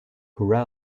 great